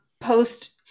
post